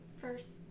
First